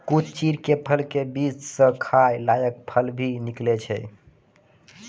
कुछ चीड़ के फल के बीच स खाय लायक फल भी निकलै छै